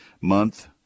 month